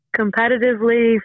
Competitively